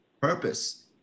purpose